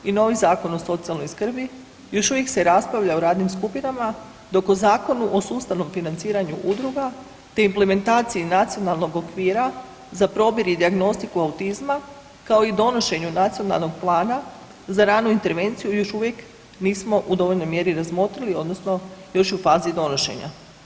novi Zakon o socijalnoj skrbi, još uvijek se raspravlja o radnim skupinama dok u Zakonu o sustavnom financiranju udruga te implementaciji Nacionalnog okvira za probir i dijagnostiku autizma, kao i donošenju Nacionalnog plana za ranu intervenciju još uvijek nismo u dovoljnoj mjeri razmotrili, odnosno još je u fazi donošenja.